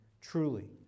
Truly